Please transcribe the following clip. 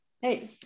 Hey